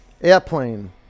Airplane